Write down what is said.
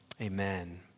amen